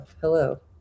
Hello